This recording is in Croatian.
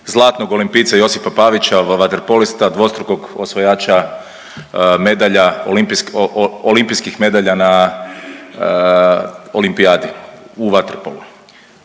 zlatnog olimpijca Josipa Pavića, vaterpolista, dvostrukog osvajača medalja, olimpijskih medalja na olimpijadi u vaterpolu.